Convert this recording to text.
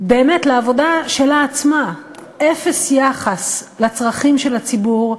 באמת לעבודה שלה עצמה, אפס יחס לצרכים של הציבור,